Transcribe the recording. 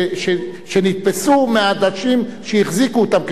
שנתפסו מאנשים שהחזיקו אותם כשטחים מוחזקים,